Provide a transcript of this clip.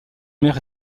mère